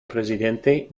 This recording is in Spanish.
presidente